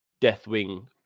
Deathwing